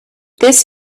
this